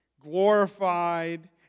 glorified